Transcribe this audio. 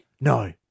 No